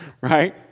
right